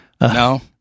No